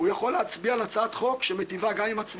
יש תאריכים, אני יכול להגיד לך, זה היה לפני.